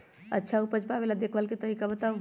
अच्छा उपज पावेला देखभाल के तरीका बताऊ?